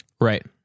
Right